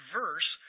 verse